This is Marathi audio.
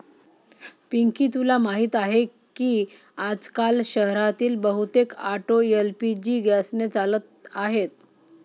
पिंकी तुला माहीत आहे की आजकाल शहरातील बहुतेक ऑटो एल.पी.जी गॅसने चालत आहेत